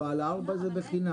לא, על הארבע זה בחינם.